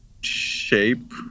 shape